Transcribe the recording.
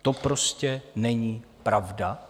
To prostě není pravda.